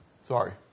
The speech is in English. Sorry